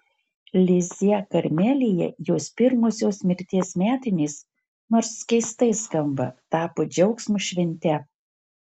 lizjė karmelyje jos pirmosios mirties metinės nors keistai skamba tapo džiaugsmo švente